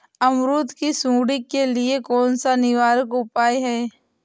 अमरूद की सुंडी के लिए कौन सा निवारक उपाय है?